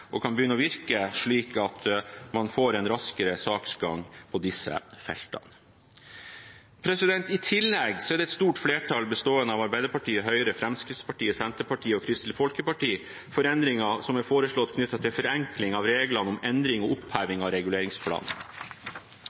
og kan begynne å virke, slik at man får en raskere saksgang på disse feltene. I tillegg er et stort flertall, bestående av Arbeiderpartiet, Høyre, Fremskrittspartiet, Senterpartiet og Kristelig Folkeparti, for endringer som er foreslått knyttet til forenkling av reglene om endring og oppheving av